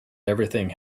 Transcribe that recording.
everything